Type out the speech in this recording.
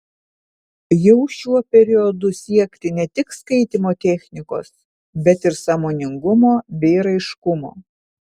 jau šiuo periodu siekti ne tik skaitymo technikos bet ir sąmoningumo bei raiškumo